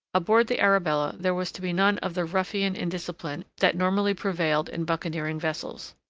aboard the arabella there was to be none of the ruffianly indiscipline that normally prevailed in buccaneering vessels.